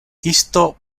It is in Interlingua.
isto